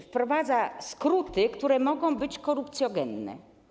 Wprowadza on skróty, które mogą być korupcjogenne.